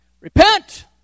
Repent